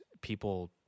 people